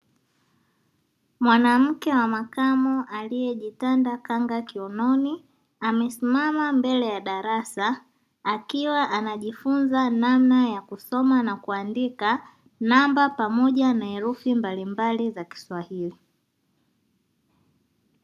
Mwanamke wa makamo aliejitanda kanga kiunoni, amesimama mbele ya darasa, akiwa anajifunza namna ya kusoma na kuandika namba pamoja na herufi mbalimbali za kiswahili.